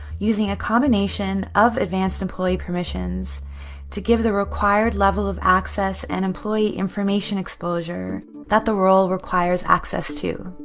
using a combination of advanced employee permissions to give the required level of access, and employee information exposure that the role requires access to.